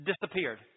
disappeared